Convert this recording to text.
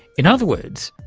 in other words,